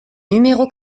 numéro